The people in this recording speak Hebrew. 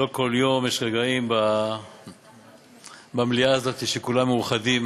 לא כל יום יש רגעים במליאה הזאת שכולם מאוחדים